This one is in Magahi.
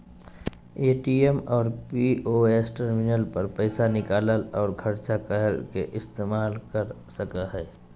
ए.टी.एम और पी.ओ.एस टर्मिनल पर पैसा निकालय और ख़र्चा करय ले इस्तेमाल कर सकय हइ